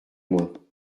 moins